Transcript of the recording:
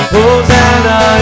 Hosanna